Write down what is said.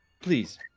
please